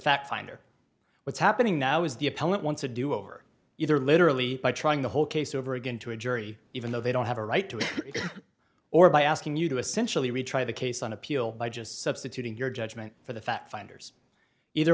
fact finder what's happening now is the appellant wants a do over either literally by trying the whole case over again to a jury even though they don't have a right to it or by asking you to essentially retry the case on appeal by just substituting your judgment for the fact finders either